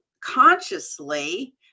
consciously